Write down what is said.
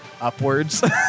upwards